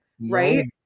Right